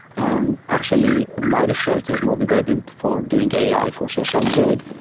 and actually my research is motivated for doing ai for social good.